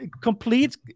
complete